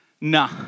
nah